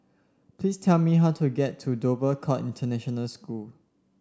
please tell me how to get to Dover Court International School